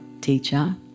teacher